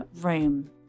room